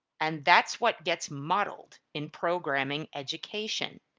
and that's what gets modeled in programming education.